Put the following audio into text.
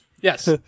Yes